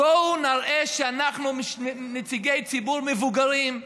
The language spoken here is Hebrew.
בוא נראה שאנחנו נציגי ציבור מבוגרים,